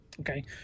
Okay